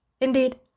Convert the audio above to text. Indeed